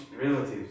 relatives